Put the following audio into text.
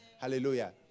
Hallelujah